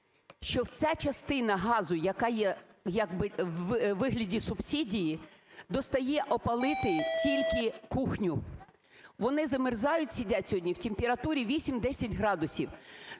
що ця частина газу, яка є як би у вигляді субсидії, достає опалити тільки кухню. Вони замерзають, сидять сьогодні в температурі 8-10 градусів.